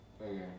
Okay